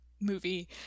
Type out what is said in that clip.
movie